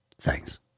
Thanks